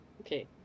Okay